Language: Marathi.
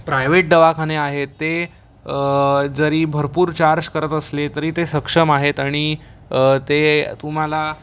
प्रायवेट दवाखाने आहेत ते जरी भरपूर चार्ज करत असले तरी ते सक्षम आहेत आणि ते तुम्हाला